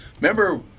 Remember